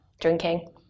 Drinking